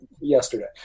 yesterday